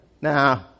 nah